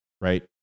right